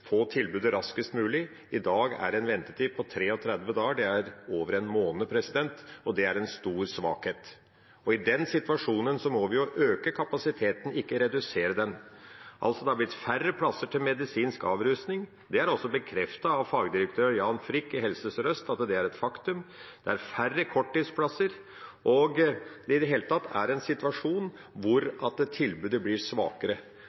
få tilbudet raskest mulig. I dag er det en ventetid på 33 dager. Det er over én måned, og det er en stor svakhet. I den situasjonen må vi jo øke kapasiteten, ikke redusere den. Det har altså blitt færre plasser til medisinsk avrusning, noe som også er bekreftet av fagdirektør Jan Frick i Helse Sør-Øst. Så det er et faktum. Det er færre korttidsplasser. Det er i det hele tatt en situasjon hvor tilbudet blir svakere.